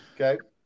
okay